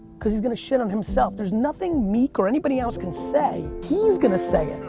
cause he's gonna shit on himself, there's nothing meek or anybody else can say. he's gonna say it.